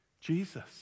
Jesus